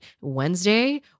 Wednesday